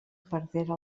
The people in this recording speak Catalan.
perdera